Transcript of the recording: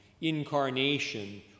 incarnation